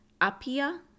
Apia